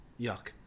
Yuck